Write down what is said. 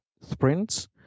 sprints